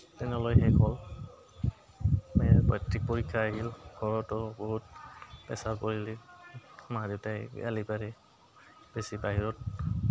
টেনলৈ শেষ হ'ল মেট্ৰিক পৰীক্ষা আহিল ঘৰতো বহুত প্ৰেছাৰ পৰিল মা দেউতাই গালি পাৰি বেছি বাহিৰত